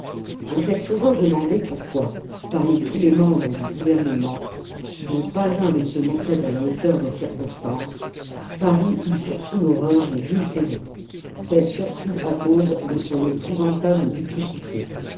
on s'est souvent demandé pourquoi parmi tous les membres du gouvernement dont pas un ne se montrait à la hauteur des circonstances paris eut surtout horreur de jules ferry c'est surtout à cause de son épouvantable duplicité